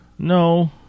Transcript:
No